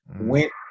Went